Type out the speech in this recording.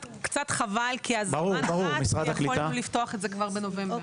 חבל כי הזמן רץ וכולנו לפתוח את זה כבר בנובמבר.